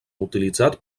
utilitzat